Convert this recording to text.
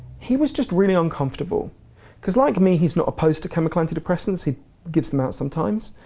he was just really uncomfortable because like me, he's not opposed to chemical antidepressants, he gives them out sometimes.